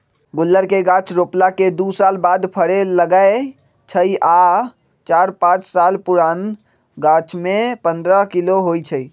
गुल्लर के गाछ रोपला के दू साल बाद फरे लगैए छइ आ चार पाच साल पुरान गाछमें पंडह किलो होइ छइ